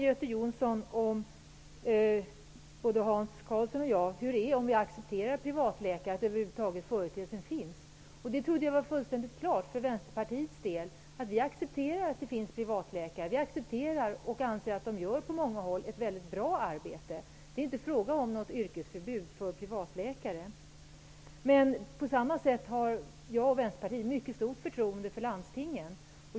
Göte Jonsson frågar både Hans Karlsson och mig om vi accepterar privatläkare och företeelsen över huvud taget. Jag trodde att det var fullständigt klart att Vänsterpartiet accepterar att det finns privatläkare. Vi anser att de på många håll gör ett mycket bra arbete. Det är inte fråga om att det skall vara något yrkesförbud för privatläkare. På samma sätt har jag och Vänsterpartiet mycket stort förtroende för landstingen.